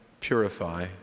purify